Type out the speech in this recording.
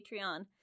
Patreon